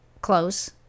Close